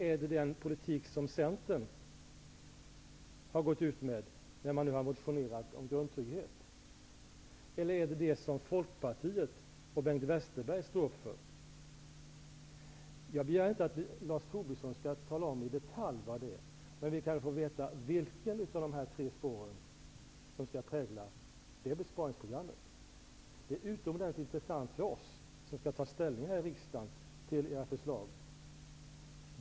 Är det den politik som Centern har gått ut med när man motionerar om grundtrygghet? Eller är det den politik som Folkpartiet och Bengt Westerberg står för? Jag begär inte att Lars Tobisson skall i detalj tala om vad det är, men vi kan väl få veta vilket av dessa tre spår som skall prägla besparingsprogrammet. Det är utomordentligt intressant för oss som här i riksdagen skall ta ställning till era förslag.